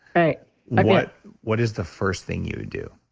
what what is the first thing you do?